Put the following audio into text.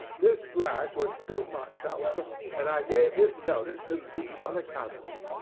this last was too much, however, and i gave him notice to leave on account of it.